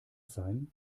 sein